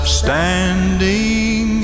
standing